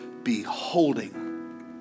beholding